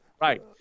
Right